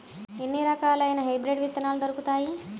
ఎన్ని రకాలయిన హైబ్రిడ్ విత్తనాలు దొరుకుతాయి?